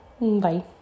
Bye